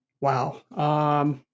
Wow